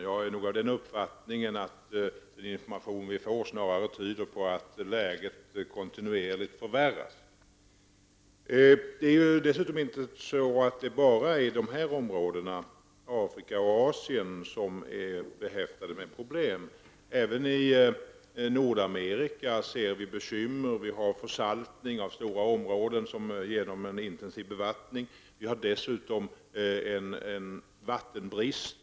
Jag är av den uppfattningen att den information som vi får snarare tyder på att läget kontinuerligt förvärras. Det är inte bara områdena Afrika och Asien som är behäftade med problem. Även i Nordamerika har man bekymmer. Där finns stora områden som genom en intensiv bevattning blir försaltade. Det råder dessutom vattenbrist.